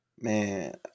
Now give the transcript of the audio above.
Man